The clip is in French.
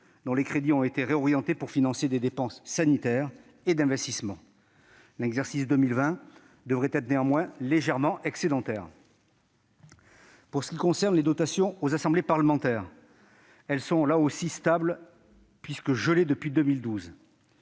dont les crédits ont été réorientés pour financer des dépenses sanitaires et d'investissement. Malgré cela, l'exercice 2020 devrait être légèrement excédentaire. En ce qui concerne les dotations des assemblées parlementaires, elles sont stables, puisque gelées depuis 2012.